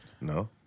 No